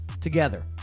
together